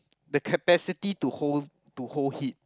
the capacity to hold to hold heat